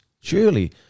Surely